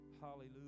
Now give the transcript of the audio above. Hallelujah